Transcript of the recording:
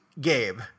Gabe